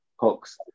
hooks